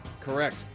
correct